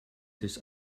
des